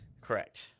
Correct